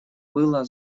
было